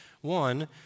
One